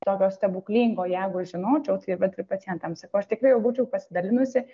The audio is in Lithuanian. tokio stebuklingo jeigu žinočiau tai vat ir pacientam sakau aš tikrai jau būčiau pasidalinusi